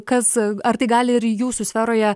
kas ar tai gali ir jūsų sferoje